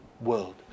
world